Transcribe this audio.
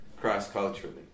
cross-culturally